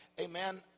amen